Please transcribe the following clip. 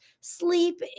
sleep